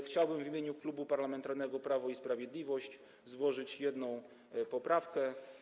Chciałbym w imieniu Klubu Parlamentarnego Prawo i Sprawiedliwość złożyć jedną poprawkę.